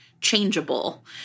changeable